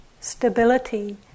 stability